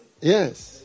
Yes